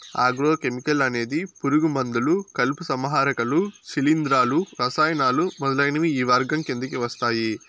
agro chemical అనేది పురుగు మందులు, కలుపు సంహారకాలు, శిలీంధ్రాలు, రసాయనాలు మొదలైనవి ఈ వర్గం కిందకి వస్తాయి